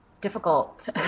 difficult